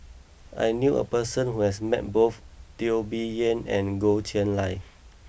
I knew a person who has met both Teo Bee Yen and Goh Chiew Lye